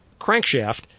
crankshaft